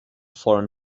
foreign